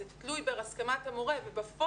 זה תלוי הסכמת מורה ובפועל,